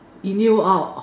inhale out